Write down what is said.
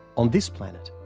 on this planet,